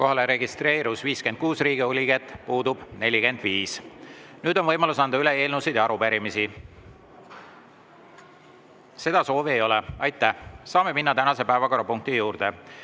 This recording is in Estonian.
Kohalolijaks registreerus 56 Riigikogu liiget, puudub 45. Nüüd on võimalus anda üle eelnõusid ja arupärimisi. Seda soovi ei ole. Aitäh! Saame minna tänase päevakorra juurde.